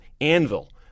anvil